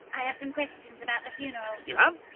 i have some questions about the funeral. you have?